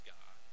God